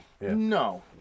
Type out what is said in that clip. no